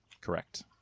Correct